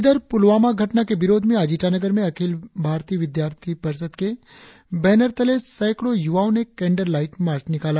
इधर पुलवामा घटना के विरोध में आज ईटानगर में अखिल भारतीय विद्यार्थी परिषद के बैनर तले सैंकड़ों युवाओं ने कैंडल लाईट मार्च निकाला